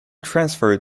transferred